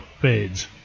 fades